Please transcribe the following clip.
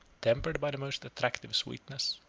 tempered by the most attractive sweetness.